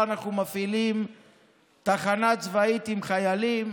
אנחנו מפעילים תחנה צבאית עם חיילים,